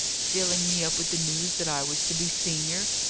filling me up with the news that i was to be senior?